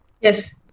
Yes